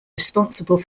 responsible